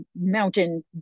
mountain